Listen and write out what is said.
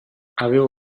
avevo